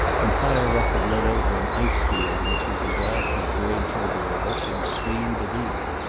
and higher up it led over an ice field which was a glassy bridge over a rushing stream beneath.